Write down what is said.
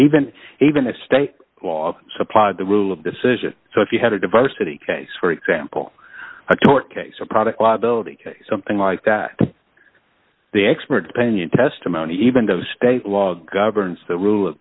even even a state law supplied the rule of decision so if you had a diversity case for example i taught case a product liability case something like that the expert opinion testimony even though state law governs the rule of